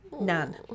None